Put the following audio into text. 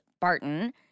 Barton